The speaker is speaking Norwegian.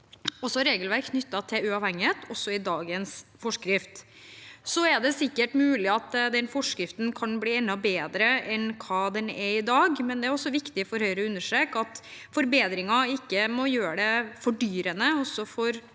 er regelverk knyttet til uavhengighet også i dagens forskrift. Det er sikkert mulig at den forskriften kan bli enda bedre enn hva den er i dag, men det er også viktig for Høyre å understreke at forbedringer ikke må gjøre det fordyrende for utbyggere,